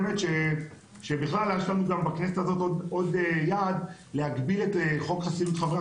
יש לנו גם בכנסת הזאת עוד יעד להגביר את חוק חסינות חברי